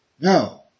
No